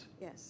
Yes